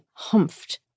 humphed